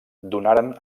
donaren